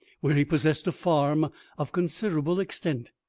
where he possessed a farm of considerable extent,